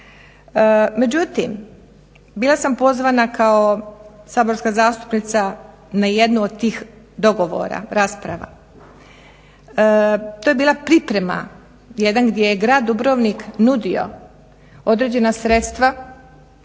Međutim, bila sam pozvana kao saborska zastupnica na jednu od tih dogovora, rasprava. To je bila priprema jedan gdje je grad Dubrovnik nudio određena sredstva,